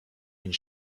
and